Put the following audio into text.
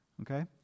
Okay